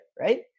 right